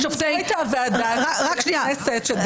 הייתה ועדה של הכנסת שדנה בזה.